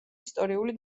ისტორიული